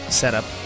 setup